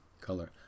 color